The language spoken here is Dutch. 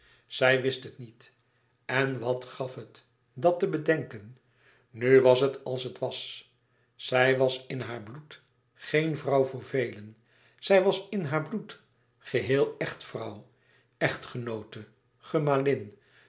zij wist het niet en wat gaf het dat te bedenken nu was het als het was zij was in haar bloed geen vrouw voor velen zij was in haar bloed geheel echtvrouw echtgenoote gemalin